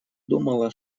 думала